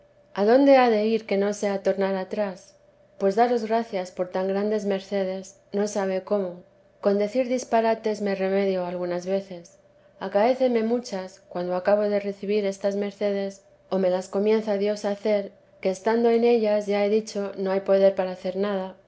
adelante dónde ha de ir tekea d j que no sea tornar atrás pues daros gracias por tan grandes mercedes no sabe cómo con decir disparates me remedio algunas veces acaéceme muchas cuando acabo de recibir estas mercedes o me las comienza dios a hacer que estando en ellas ya he dicho que no hay poder hacer nada decir señor mirad lo que hacéis no olvidéis tan presto